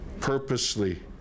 purposely